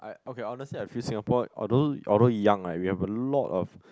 I okay honestly I feel Singapore although although young ah we have a lot of